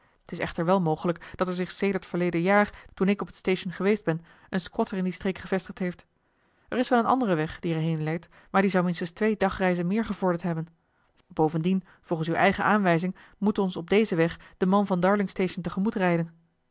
t is echter wel mogelijk dat er zich sedert verleden jaar toen ik op het station geweest ben een squatter in die streek gevestigd heeft er is wel een andere weg die er heen leidt maar die zou minstens twee dagreizen meer gevorderd hebben bovendien volgens uwe eigen aanwijzing moet ons op dezen weg de man van darlingstation te gemoet rijden